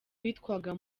witwaga